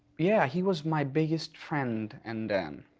yeah, he was my biggest friend and